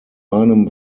meinem